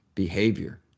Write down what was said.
Behavior